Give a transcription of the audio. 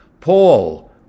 Paul